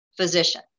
physician